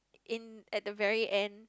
in at the very end